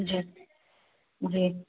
جی جی